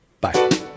Bye